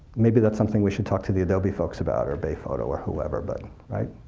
maybe that's something we should talk to the adobe folks about, or bay photo or whoever. but